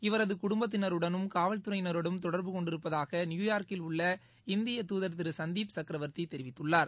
இவரதுகுடும்பத்தினருடனும் காவல்துறையினருடனும் தொடர்பு கொண்டிருப்பதாகநியூயார்க்கில் உள்ள இந்தியதூதர் திருசந்தீப் சக்கரவர்த்திதெரிவித்துள்ளார்